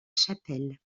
chapelle